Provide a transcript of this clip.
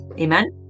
Amen